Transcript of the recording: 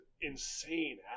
insane